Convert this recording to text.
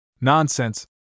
Nonsense